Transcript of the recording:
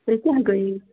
تیٚلہِ کیٛاہ گٔے یہِ